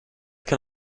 can